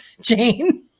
Jane